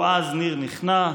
או אז ניר נכנע,